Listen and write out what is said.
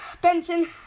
Benson